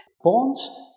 bonds